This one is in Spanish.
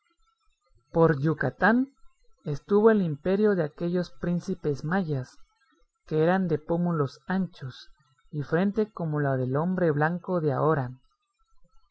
por yucatán estuvo el imperio de aquellos príncipes mayas que eran de pómulos anchos y frente como la del hombre blanco de ahora